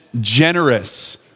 generous